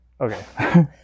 Okay